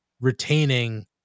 retaining